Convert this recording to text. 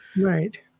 right